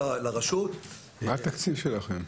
מה התקציב שלכם?